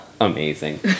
Amazing